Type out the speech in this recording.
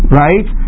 right